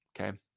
Okay